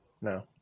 No